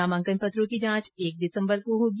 नामांकन पत्रों की जांच एक दिसम्बर को होगी